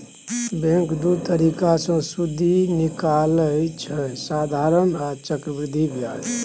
bank दु तरीका सँ सुदि निकालय छै साधारण आ चक्रबृद्धि ब्याज